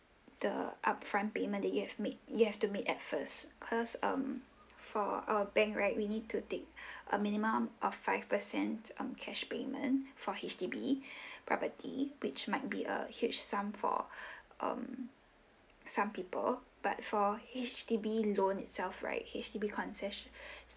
the upfront payment that you have made you have to made at first cause um for our bank right we need to take a minimum of five percent um cash payment for H_D_B property which might be a huge sum for um some people but for H_D_B loan itself right H_D_B concess~